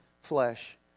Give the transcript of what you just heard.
flesh